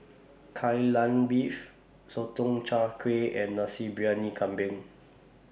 Kai Lan Beef Sotong Char Kway and Nasi Briyani Kambing